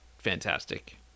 fantastic